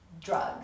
drugs